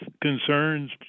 concerns